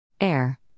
Air